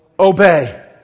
Obey